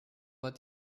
war